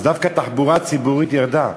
דווקא התחבורה הציבורית ירדה,